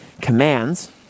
commands